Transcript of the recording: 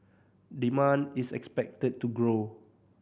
demand is expected to grow